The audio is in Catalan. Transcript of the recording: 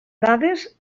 dades